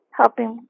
helping